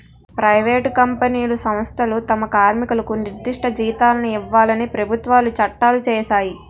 private కంపెనీలు సంస్థలు తమ కార్మికులకు నిర్దిష్ట జీతాలను ఇవ్వాలని ప్రభుత్వాలు చట్టాలు చేశాయి